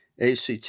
ACT